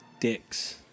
Dicks